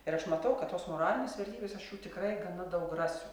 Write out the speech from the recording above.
ir aš matau kad tos moralinės vertybės aš tikrai gana daug rasiu